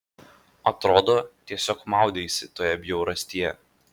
atrodo tiesiog maudeisi toje bjaurastyje